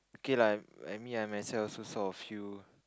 okay lah I mean I myself also saw a few